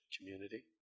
community